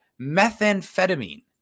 methamphetamine